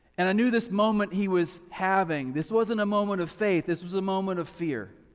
and i knew this moment he was having, this wasn't a moment of faith, this was a moment of fear.